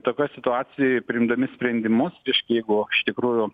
tokioj situacijoj priimdami sprendimus reiškia jeigu iš tikrųjų